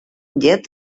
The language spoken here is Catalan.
llet